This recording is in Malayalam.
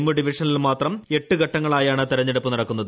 ജമ്മു ഡിവിഷനിൽ മാത്രം എട്ട് ഘട്ടങ്ങളായാണ് തെരഞ്ഞെടുപ്പ് നടത്തുന്നത്